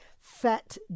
Fat